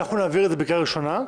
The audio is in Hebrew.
נעביר את זה בקריאה ראשונה,